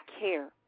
care